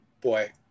Boy